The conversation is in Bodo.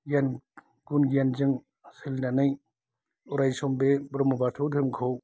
गियान गुन गियान जों सोलिनानै अरायसम बे ब्रह्म बाथौ धोरोमखौ